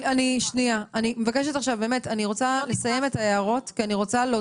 תכף אני אומר מילה על ההדרגתיות הזאת כי זה מופיע